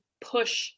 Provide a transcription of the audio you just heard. push